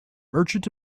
merchant